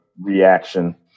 Reaction